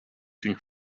une